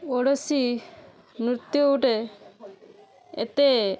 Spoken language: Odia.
ଓଡ଼ିଶୀ ନୃତ୍ୟ ଗୋଟେ ଏତେ